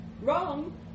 wrong